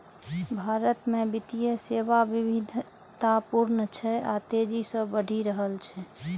भारत मे वित्तीय सेवा विविधतापूर्ण छै आ तेजी सं बढ़ि रहल छै